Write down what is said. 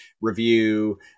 review